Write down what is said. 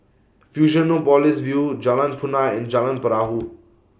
Fusionopolis View Jalan Punai and Jalan Perahu